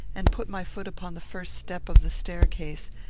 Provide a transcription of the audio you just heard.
and put my foot upon the first step of the staircase,